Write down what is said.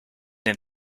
den